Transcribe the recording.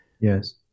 Yes